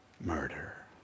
murder